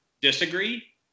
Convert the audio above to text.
disagree